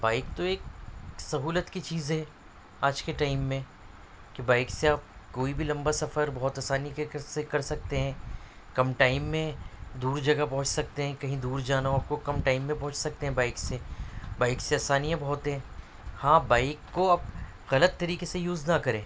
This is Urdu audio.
بائک تو ایک سہولت کی چیز ہے آج کے ٹائم میں کہ بائک سے آپ کوئی بھی لمبا سفر بہت آسانی سے کر سے کر سکتے ہیں کم ٹائم میں دور جگہ پہنچ سکتے ہیں کہیں دور جانا ہو آپ کو کم ٹائم میں پہنچ سکتے ہیں بائک سے بائک سے آسانیاں بہت ہیں ہاں بائک کو آپ غلط طریقے سے یوز نہ کریں